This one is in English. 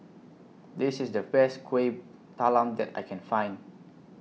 This IS The Best Kueh Talam that I Can Find